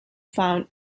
found